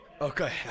Okay